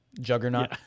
Juggernaut